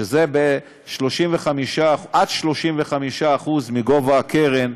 שזה עד 35% מגובה הקרן,